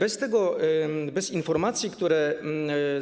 Bez tego, bez informacji, które